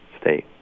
state